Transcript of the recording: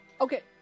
okay